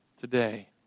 today